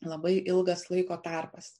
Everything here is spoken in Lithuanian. labai ilgas laiko tarpas